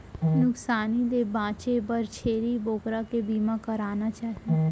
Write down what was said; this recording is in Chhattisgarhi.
नुकसानी ले बांचे बर छेरी बोकरा के बीमा कराना चाही